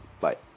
Bye